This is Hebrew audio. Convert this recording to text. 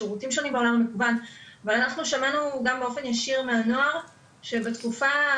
שירותים שונים בעולם המקוון ואנחנו שמענו גם מהנוער שבתקופה,